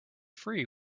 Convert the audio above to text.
free